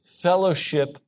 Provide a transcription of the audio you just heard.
Fellowship